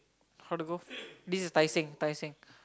how to go this is Tai-Seng Tai-Seng